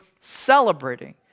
celebrating